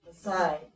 aside